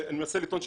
אני מנסה לטעון,